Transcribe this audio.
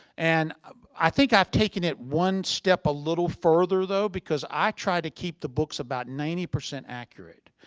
and um i think i've taken it one step a little further though because i try to keep the books about ninety percent accurate.